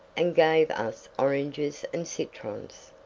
and gave us oranges and citrons.